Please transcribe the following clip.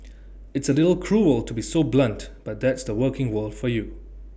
it's A little cruel to be so blunt but that's the working world for you